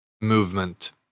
movement